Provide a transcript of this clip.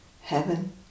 heaven